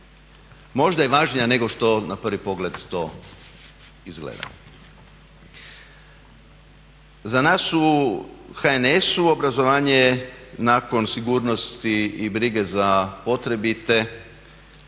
možda je važnija nego što na prvi pogled to izgleda. Za nas u HNS-u obrazovanje nakon sigurnosti i brige za potrebite